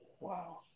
Wow